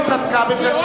היא צדקה בזה,